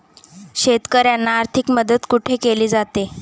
शेतकऱ्यांना आर्थिक मदत कुठे केली जाते?